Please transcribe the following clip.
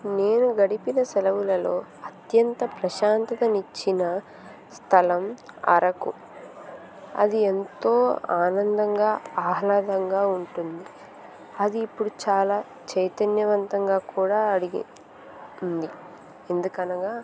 నేను గడిపిన సెలవులలో అత్యంత ప్రశాంతతనిచ్చిన స్థలం అరకు అది ఎంతో ఆనందంగా ఆహ్లాదంగా ఉంటుంది అది ఇప్పుడు చాలా చైతన్యవంతంగా కూడా అడిగింది ఎందుకనగా